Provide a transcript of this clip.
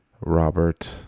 Robert